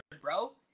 bro